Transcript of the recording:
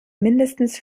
mindestens